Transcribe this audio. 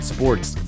Sports